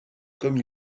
comme